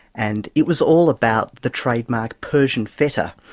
and it was all about the trademark persian feta.